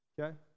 okay